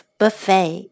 buffet